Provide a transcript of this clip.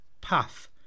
path